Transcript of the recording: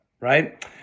right